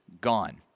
gone